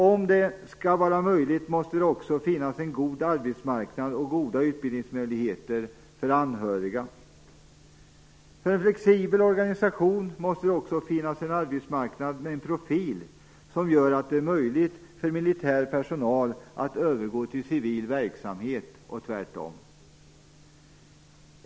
Om det skall vara möjligt måste det också finnas en god arbetsmarknad och goda utbildningsmöjligheter för anhöriga. För en flexibel organisation måste det också finnas en arbetsmarknad med en profil som gör det möjligt för militär personal att övergå till civil verksamhet och tvärtom.